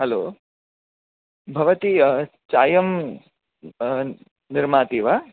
hello भवती चायं निर्माति वा